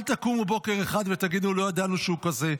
אל תקומו בוקר אחד ותגידו: לא ידענו שהוא כזה.